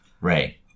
Ray